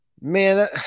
man